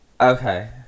okay